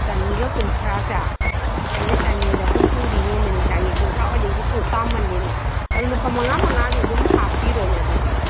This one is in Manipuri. ꯆꯅꯤꯒ ꯀꯨꯟꯊ꯭ꯔꯥꯁꯦ ꯑꯩꯅ ꯆꯅꯤꯗ ꯍꯨꯝꯐꯨꯗꯤ ꯌꯣꯟꯕꯅꯤ ꯆꯅꯤ ꯀꯨꯟꯊ꯭ꯔꯥ ꯑꯣꯏꯔꯗꯤ ꯈꯤꯇꯪ ꯇꯥꯃꯜꯂꯤꯅꯦ ꯑꯗꯨ ꯂꯨꯄꯥ ꯃꯉꯥ ꯃꯉꯥꯗꯨ ꯑꯗꯨꯝ ꯍꯥꯞꯄꯤꯔꯣꯅꯦ ꯑꯗꯨꯗꯤ